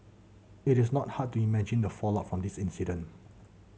it is not hard to imagine the fallout from this incident